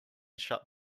shut